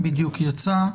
בדיוק יצא.